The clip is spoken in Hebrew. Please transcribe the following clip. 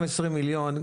גם 20 מיליון,